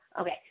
Okay